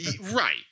right